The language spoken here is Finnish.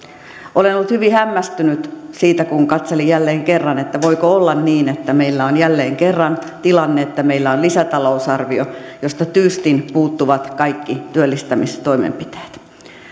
olen ollut hyvin hämmästynyt siitä kun katselin jälleen kerran että voiko olla niin että meillä on jälleen kerran tilanne että meillä on lisätalousarvio josta tyystin puuttuvat kaikki työllistämistoimenpiteet